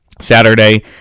saturday